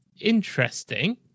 interesting